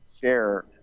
share